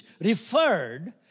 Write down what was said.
referred